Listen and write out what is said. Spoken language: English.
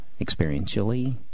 experientially